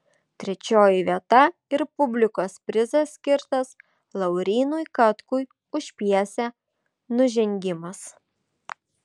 trečioji vieta ir publikos prizas skirtas laurynui katkui už pjesę nužengimas